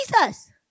Jesus